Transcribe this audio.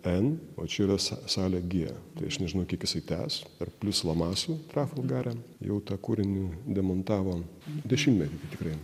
en o čia yra salė gie tai aš nežinau kiek jisai tęs dar plius lamasu trafelgare jau tą kūrinį demontavo dešimtmetį tikrai